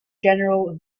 general